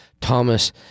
Thomas